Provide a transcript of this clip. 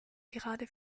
gerade